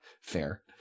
Fair